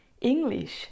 English